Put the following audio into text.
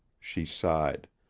she sighed.